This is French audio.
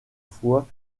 fois